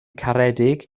caredig